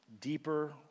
deeper